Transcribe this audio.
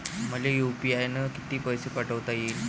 मले यू.पी.आय न किती पैसा पाठवता येईन?